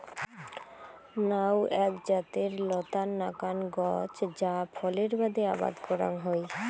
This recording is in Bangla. নাউ এ্যাক জাতের নতার নাকান গছ যা ফলের বাদে আবাদ করাং হই